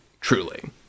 truly